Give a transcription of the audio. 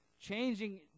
changing